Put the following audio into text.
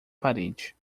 parede